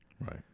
right